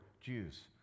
Jews